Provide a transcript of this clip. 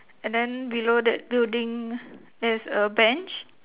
and then below that building there is a bench